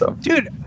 Dude